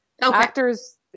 Actors